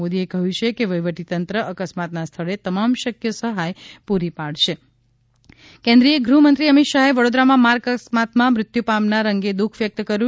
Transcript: શ્રી મોદીએ કહ્યું છે કે વહીવટીતંત્ર અકસ્માતના સ્થળે તમામ શકય સહાય પ્રરી પાડે છે કેન્દ્રીય ગૃહમંત્રી અમિત શાહે વડોદરામાં માર્ગ અકસ્માતમાં મૃત્યુ પામનાર અગે દુઃખ વ્યકત કર્યુ છે